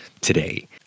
today